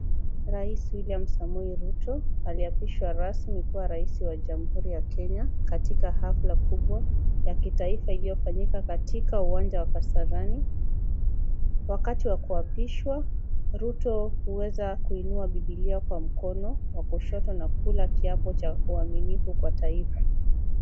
Rais William Samoei Ruto alipishwa rasmi kuwa rais wa jKamhuri ya Kenya katika hafla kubwa la kitaifa iliyofanyika katika uwanja wa Kasarani . Wakati wa kuapishwa ruto huweza kuinua bibilia kwa mkono wa kushoto na kula kiapo cha uaminifu kwa taifa.